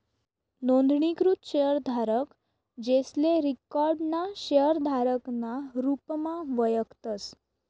नोंदणीकृत शेयरधारक, जेसले रिकाॅर्ड ना शेयरधारक ना रुपमा वयखतस